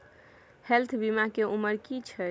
Health बीमा के उमर की छै?